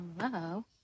Hello